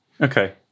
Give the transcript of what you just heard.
Okay